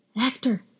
actor